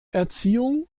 erziehung